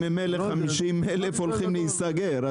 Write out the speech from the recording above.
ממילא 50 אלף הולכים להיסגר.